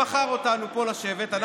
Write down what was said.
מי שבחר אותנו פה לשבת,